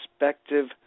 respective